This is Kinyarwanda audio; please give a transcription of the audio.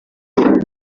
impanuka